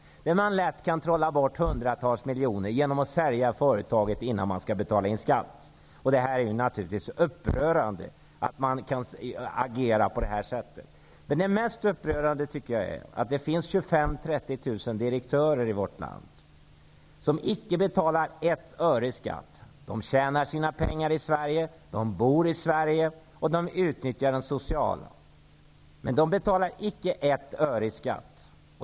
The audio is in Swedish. Man har lätt trollat bort hundratals miljoner genom att sälja företaget innan man skall betala skatt. Det är naturligtvis upprörande att man kan agera på detta sätt. Det mest upprörande är dock att det finns 25 000-- 30 000 direktörer i vårt land som inte betalar ett öre i skatt. De tjänar sina pengar i Sverige. De bor i Sverige, och de utnyttjar de sociala förmånerna. Men de betalar inte ett öre i skatt.